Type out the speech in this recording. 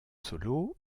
solo